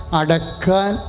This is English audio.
adakan